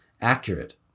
accurate